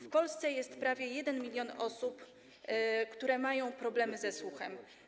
W Polsce jest prawie 1 mln osób, które mają problemy ze słuchem.